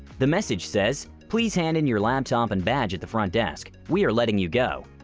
the message says, please hand in your laptop and badge at the front desk we are letting you go.